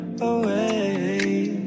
away